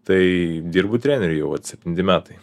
tai dirbu treneriu jau vat septinti metai